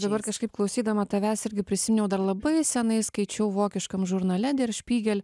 dabar kažkaip klausydama tavęs irgi prisiminiau dar labai senai skaičiau vokiškam žurnale der spiegel